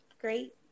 Great